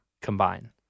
combine